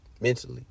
mentally